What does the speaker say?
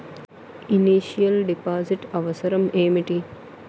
Initial deposit అవసరం ఏమిటి?